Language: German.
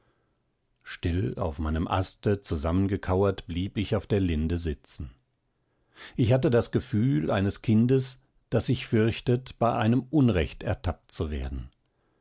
still auf meinem aste zusammengekauert blieb ich auf der linde sitzen zuerst hatte ich das gefühl eines kindes das sich fürchtet bei einem unrecht ertappt zu werden